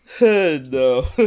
No